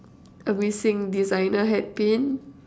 a missing designer hat pin